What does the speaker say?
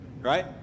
right